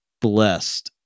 blessed